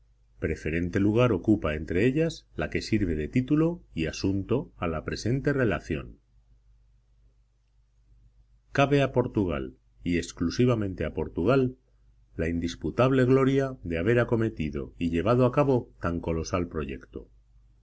preferente lugar ocupa entre ellas la que sirve de título y asunto a la presente relación cabe a portugal y exclusivamente a portugal la indisputable gloria de haber acometido y llevado a cabo tan colosal proyecto